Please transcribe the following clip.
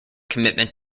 commitment